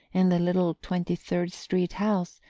in the little twenty-third street house,